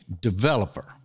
developer